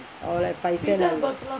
oh like five cents